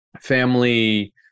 family